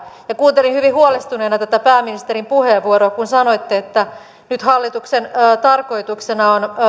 kuuntelin hyvin huolestuneena pääministerin puheenvuoroa kun sanoitte että nyt hallituksen tarkoituksena on